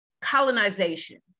colonization